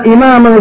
Imam